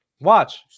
Watch